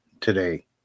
today